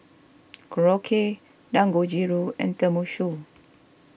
Korokke Dangojiru and Tenmusu